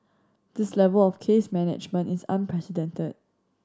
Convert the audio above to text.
this level of case management is unprecedented